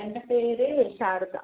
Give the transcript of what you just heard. എൻ്റെ പേര് ശാരദ